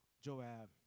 Joab